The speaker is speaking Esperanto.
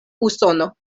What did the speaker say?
usono